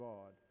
God